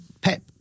Pep